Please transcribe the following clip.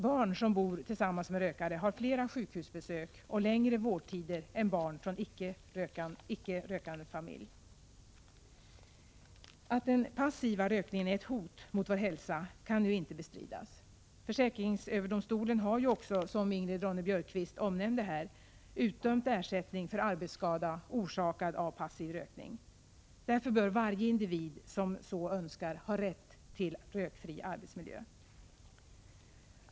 Barn som bor tillsammans med rökare har flera sjukhusbesök och längre vårdtider än barn från icke rökande familj. Att den passiva rökningen är ett hot mot vår hälsa kan nu inte bestridas. Försäkringsöverdomstolen har ju, som Ingrid Ronne-Björkqvist omnämnde, också utdömt ersättning för arbetsskada som orsakats av passiv rökning. Därför bör varje individ som så önskar ha rätt till rökfri arbetsmiljö.